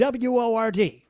WORD